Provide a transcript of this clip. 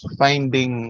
finding